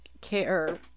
care